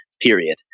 period